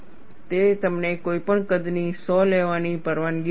તે તમને કોઈપણ કદની સો લેવાની પરવાનગી આપતું નથી